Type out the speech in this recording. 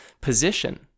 position